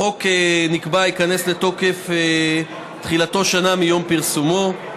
החוק, נקבע שייכנס לתוקף, תחילתו שנה מיום פרסומו.